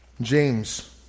James